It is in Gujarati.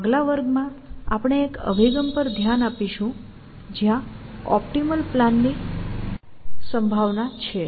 આગલા વર્ગમાં આપણે એક અભિગમ પર ધ્યાન આપીશું જ્યાં ઓપ્ટિમલ પ્લાન ની સંભાવના છે